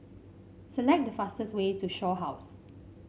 select the fastest way to Shaw House